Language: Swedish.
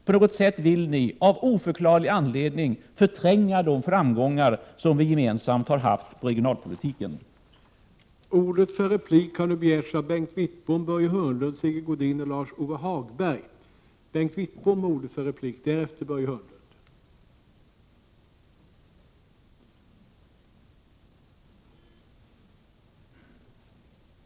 På något sätt vill ni av oförklarlig anledning förtränga de framgångar som vi gemensamt haft på regionalpolitikens område.